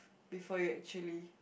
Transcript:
before you actually